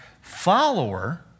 follower